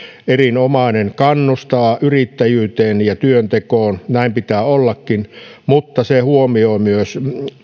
erinomainen se kannustaa yrittäjyyteen ja työntekoon näin pitää ollakin mutta se huomioi myös